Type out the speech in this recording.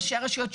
ראשי הרשויות,